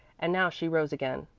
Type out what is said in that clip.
and now she rose again.